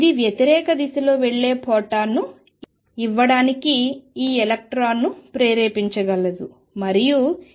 ఇది వ్యతిరేక దిశలో వెళ్ళే ఫోటాన్ను ఇవ్వడానికి ఈ ఎలక్ట్రాన్ను ప్రేరేపించగలదు మరియు ఇది మళ్లీ hνc